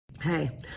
hey